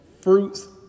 fruits